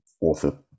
author